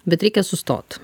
bet reikia sustot